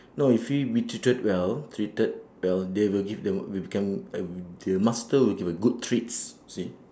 no if we be treated well treated well they will give they will will become uh the master will give a good treats you see